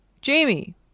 Jamie